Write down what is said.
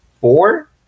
four